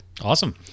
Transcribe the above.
Awesome